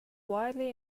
wildly